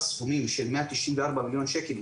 סכומים של מאה תשעים וארבע מיליון שקל,